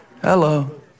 Hello